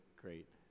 great